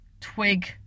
twig